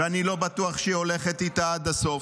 ואני לא בטוח שהיא הולכת איתה עד הסוף.